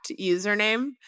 username